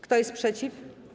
Kto jest przeciw?